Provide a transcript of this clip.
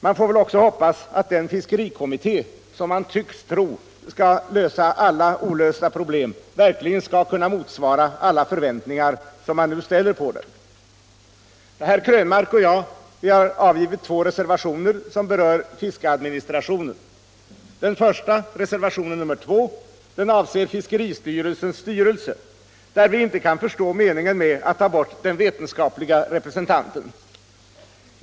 Vi får väl också hoppas att den fiskerikommitté, som man tycks tro skall lösa alla olösta problem, verkligen skall kunna motsvara de förväntningar som man nu ställer på den. Herr Krönmark och jag har avgivit två reservationer som berör fiskeadministrationen. Den första av dem, reservationen 2, avser fiskeristyrelsens styrelse. Vi kan inte förstå meningen med att ta bort den vetenskapliga representanten.